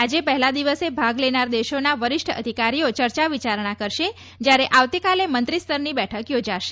આજે પહેલા દિવસે ભાગ લેનાર દેશોના વરિષ્ઠ અધિકારીઓ ચર્ચા વિચારણા કરશે જ્યારે આવતીકાલે મંત્રી સ્તરની બેઠક યોજાશે